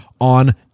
on